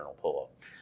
pull-up